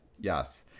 yes